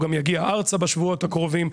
הוא גם יגיע ארצה בשבועות הקרובים,